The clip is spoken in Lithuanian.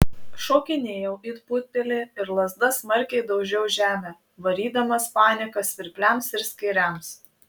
šokinėjau it putpelė ir lazda smarkiai daužiau žemę varydamas paniką svirpliams ir skėriams